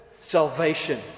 salvation